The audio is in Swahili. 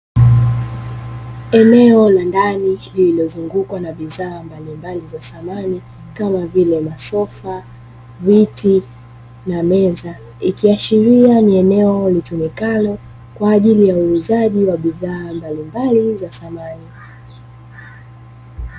Eneo la ndani lililozungukwa na bidhaa mbalimbali za samani kama vile; viti, masofa na meza ikiashiria kuwa ni eneo litumikalo kwa ajili ya uuzaji wa bidhaa mbalimbali za samani.